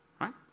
right